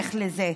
להיערך לזה?